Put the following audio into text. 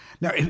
Now